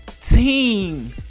team